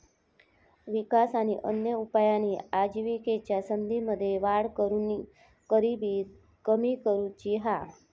विकास आणि अन्य उपायांनी आजिविकेच्या संधींमध्ये वाढ करून गरिबी कमी करुची हा